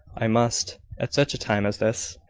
i must, at such a time as this.